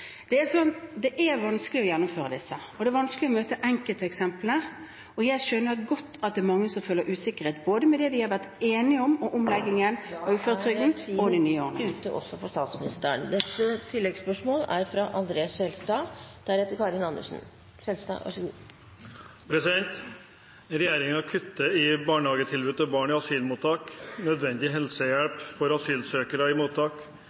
Det er vanskelig å gjennomføre dette, og det er vanskelig å møte enkelteksemplene. Jeg skjønner godt at det er mange som føler usikkerhet både for det vi har vært enige om, for omleggingen i uføretrygden og for de nye ordningene. Da er tiden ute, også for statsministeren. André N. Skjelstad – til oppfølgingsspørsmål. Regjeringen kutter i barnehagetilbudet til barn i asylmottak og i nødvendig helsehjelp for asylsøkere i mottak,